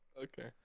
Okay